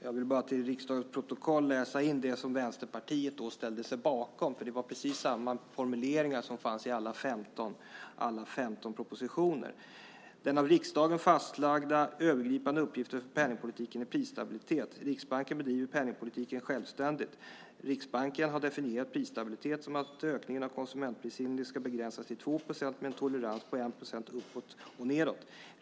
Jag vill till riksdagens protokoll läsa in det som Vänsterpartiet då ställde sig bakom, för det var precis samma formuleringar som fanns i alla 15 propositionerna. "Den av riksdagen fastlagda övergripande uppgiften för penningpolitiken är prisstabilitet. Riksbanken bedriver penningpolitiken självständigt. Riksbanken har definierat prisstabilitet som att ökningen av konsumentprisindex skall begränsas till 2 procent med en tolerans på 1 procentenhet uppåt och nedåt.